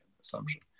assumption